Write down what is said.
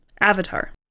Avatar